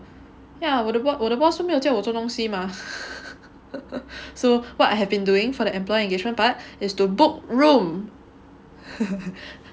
yeah 我的 boss 我的 boss 都没有叫我做东西 mah so what I have been doing for the employee engagement part is to book room